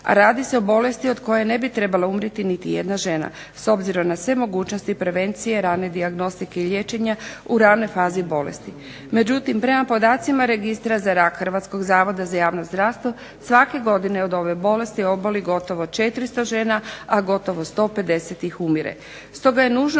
a radi se o bolesti od koje ne bi trebala umrijeti niti jedna žena s obzirom na sve mogućnosti prevencije ranije dijagnostike i liječenja u ranoj fazi bolesti. Međutim, prema podacima Registra za rak Hrvatskog zavoda za javno zdravstvo svake godine od ove bolesti oboli gotovo 400 žena, a gotovo 150 ih umire.